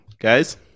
guys